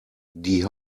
die